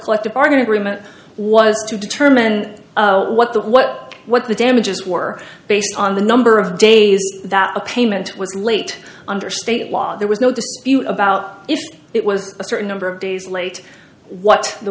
collective bargaining agreement was to determine what the what what the damages were based on the number of days that a payment was late under state law there was no dispute about if it was a certain number of days late what the